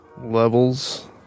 levels